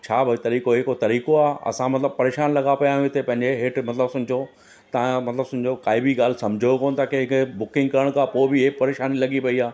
छा भई तरीक़ो इहो को तरीक़ो आहे असां मतलबु परेशानु लॻा पिया आहियूं हिते पंहिंजे हेठि मतलबु समुझो तव्हां मतलबु सुमुझो काई बि ॻाल्हि समुझो कोन था की हिकु बुकिंग करण खां पोइ बि इहा परेशानी लॻी पेई आहे